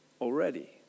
already